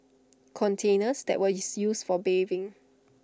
containers that were is used for bathing